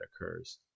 occurs